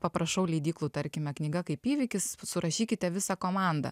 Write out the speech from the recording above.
paprašau leidyklų tarkime knyga kaip įvykis surašykite visą komandą